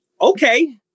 Okay